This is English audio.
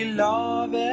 love